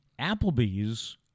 Applebee's